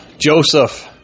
Joseph